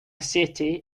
city